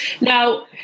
Now